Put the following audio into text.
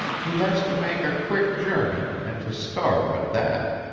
he has to make a quick journey, and to starve at that.